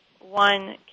one